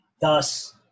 thus